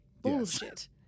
Bullshit